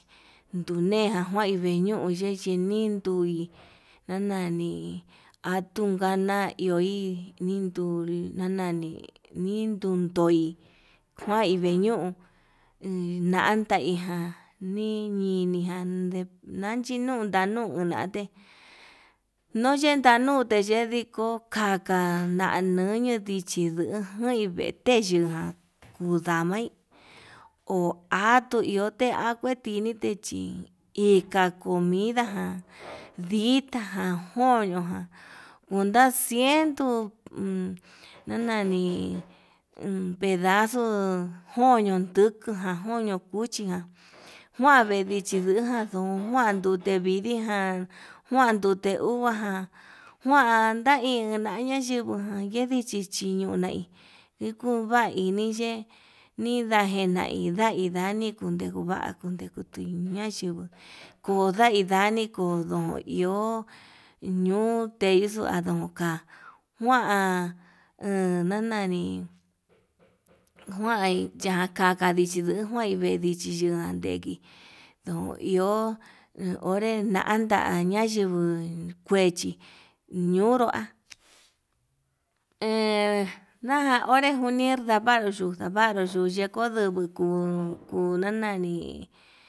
Tuñejan kuai viñon yei ñinindui ndanani, atun ngana iho hi ninduu ndanani ndiduoi kuai vee ñon undan ndaiján ñanini jan, ndenachi nduu ndanuna nate ndun yendanute ndiko kaka na'a nañunu ndichi lujan veite, yujan kudamai ho atuu ihote nduatutite chi inka comida ján dita ján koño ján onda ciento uun ndanani, uun pedaxo koño ndujujan joño cuchi jan njuan nduu dichi ndujan duu onjuan ndute vidii ján, njuan ndute uva ján njuan ndaña ñayijujan nike ndichi chiñoñai, ndikuu vai iniye nidajena unda niku invai indakuva kundi ñayingui kondai ndai kundo iho, ñuu teixo andoka njuan uun ndadani njuain yakaka ndichi luu njuain vee dichi yuu ndadeki, ndo iho onre ndantaña yinguu kuechi ñonrua en ñaonre junii ndavar yuu ndavaru yuu yeko iko kuu uu uu nanani.